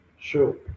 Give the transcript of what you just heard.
Sure